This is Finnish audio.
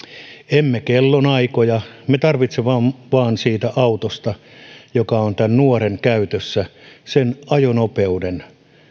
emme kellonaikoja me tarvitsemme vain siitä autosta joka on tämän nuoren käytössä sen ajonopeuden